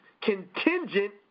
contingent